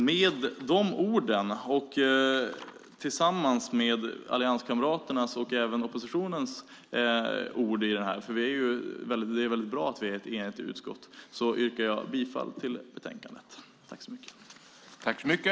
Med de orden och tillsammans med allianskamraterna och även oppositionen - det är ett enigt utskott - yrkar jag bifall till förslaget i utlåtandet.